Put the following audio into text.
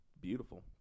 Beautiful